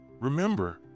Remember